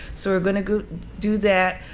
so we're going to go do that.